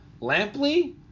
Lampley